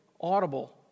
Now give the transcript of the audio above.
audible